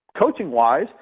coaching-wise